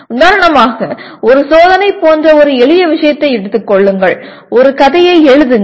உதாரணமாக ஒரு சோதனை போன்ற ஒரு எளிய விஷயத்தை எடுத்துக் கொள்ளுங்கள் ஒரு கதையை எழுதுங்கள்